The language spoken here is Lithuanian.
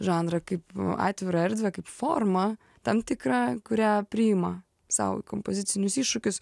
žanrą kaip atvirą erdvę kaip formą tam tikrą kurią priima sau kompozicinius iššūkius